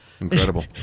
Incredible